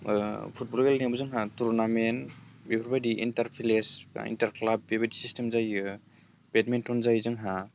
football गेलेनायबो जोंहा tournament बेफोरबायदि इन्टार भिलेज बा इन्टार क्लाब बेबायदि सिस्टेम जायो बेटमिन्टन जायो जोंहा